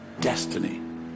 Destiny